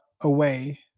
away